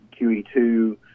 QE2